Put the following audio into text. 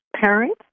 Parents